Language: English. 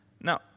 Now